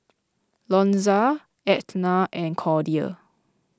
Lonzo Etna and Cordia